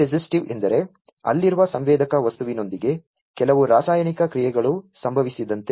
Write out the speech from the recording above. ಕೆಮಿ resistive ಎಂದರೆ ಅಲ್ಲಿರುವ ಸಂವೇದಕ ವಸ್ತುವಿನೊಂದಿಗೆ ಕೆಲವು ರಾಸಾಯನಿಕ ಕ್ರಿಯೆಗಳು ಸಂಭವಿಸಿದಂತೆ